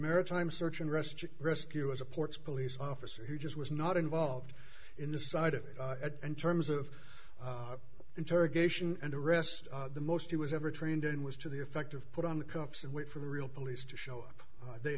maritime search and rescue rescue as a ports police officer who just was not involved in the side of it in terms of interrogation and arrest the most he was ever trained in was to the effect of put on the cuffs and wait for the real police to show up they